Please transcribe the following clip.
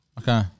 Okay